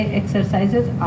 exercises